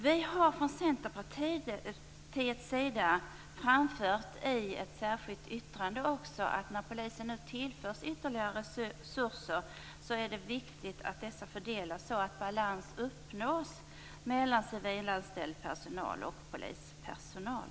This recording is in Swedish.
Vi har från Centerpartiets sida i ett särskilt yttrande framfört att det är viktigt att de ytterligare resurser som polisen nu tillförs fördelas så att balans uppnås mellan civilanställd personal och polispersonal.